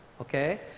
okay